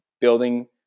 building